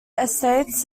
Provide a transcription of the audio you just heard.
estates